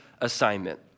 assignment